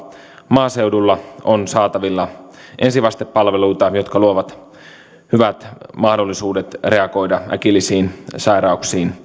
maaseudulla on saatavilla ensivastepalveluita jotka luovat hyvät mahdollisuudet reagoida äkillisiin sairauksiin